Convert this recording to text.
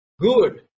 Good